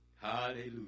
Hallelujah